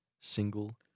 single